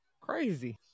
Crazy